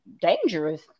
dangerous